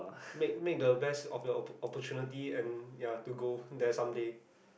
make make the best of your oppor~ opportunity and ya to go there someday